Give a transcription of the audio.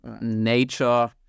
nature